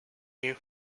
you